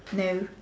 no